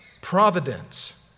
providence